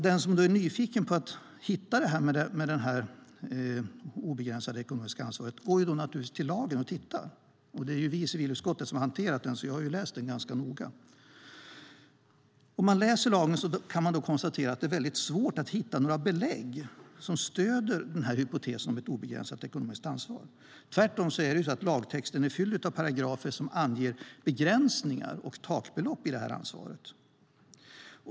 Den som är nyfiken och vill hitta texten om det obegränsade ekonomiska ansvaret går naturligtvis till lagen och tittar. Det är ju vi i civilutskottet som har hanterat den, så jag har läst den ganska noga. Om man läser lagen kan man konstatera att det är väldigt svårt att hitta några belägg som stöder hypotesen om ett obegränsat ekonomiskt ansvar. Tvärtom är lagtexten fylld av paragrafer som anger begränsningar och takbelopp för det här ansvaret.